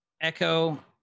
Echo